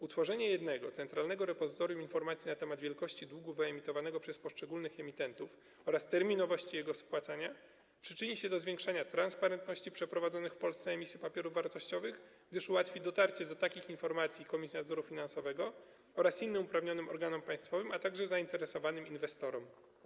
Utworzenie jednego, centralnego repozytorium informacji na temat wielkości długu wyemitowanego przez poszczególnych emitentów oraz terminowości jego spłacania przyczyni się do zwiększenia transparentności przeprowadzonych w Polsce emisji papierów wartościowych, gdyż ułatwi dotarcie do takich informacji Komisji Nadzoru Finansowego oraz innym uprawnionym organom państwowym, a także zainteresowanym inwestorom.